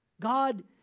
God